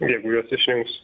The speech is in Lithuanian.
jeigu juos išrinks